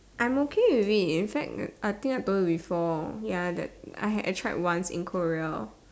I'm okay with it in fact I think I do before ya that I have I tried once in Korea